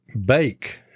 bake